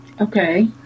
Okay